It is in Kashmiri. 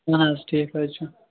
اَہَن حظ ٹھیٖک حظ چھُ